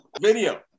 video